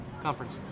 conference